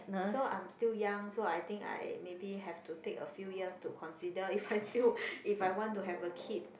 so I'm still young so I think I maybe have to take a few years to consider if I still if I want to have a kids